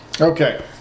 Okay